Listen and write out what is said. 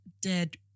dead